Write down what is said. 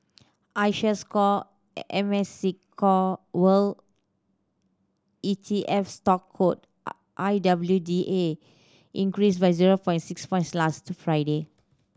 iShares Core World E T F stock code I W D A increased by zero point six points last Friday